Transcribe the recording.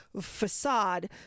facade